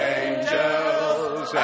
angels